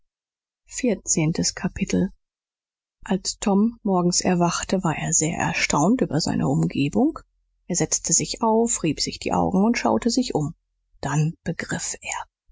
vierzehntes kapitel als tom morgens erwachte war er sehr erstaunt über seine umgebung er setzte sich auf rieb sich die augen und schaute um sich dann begriff er